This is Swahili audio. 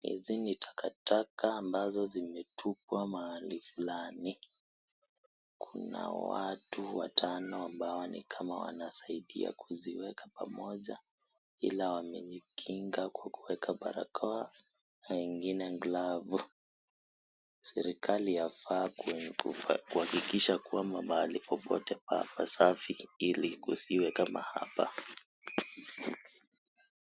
Hizi ni takataka ambazo zimetupwa mahali fulani, kuna watu watano ambao ni kama wanasidia kuziweka pamoja ila wamejikinga kwa kuweka barakoa na wengine glavu, serikali yafaa kuhakikisha mahali popote pawe pasafi ilikusiwe kama hapa.